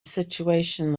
situation